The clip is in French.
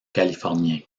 californien